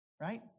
Right